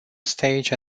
stage